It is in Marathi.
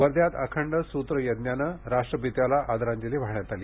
वर्ध्यात अखंड स्त्रयज्ञाने राष्ट्रपित्याला आदरांजली वाहण्यात आली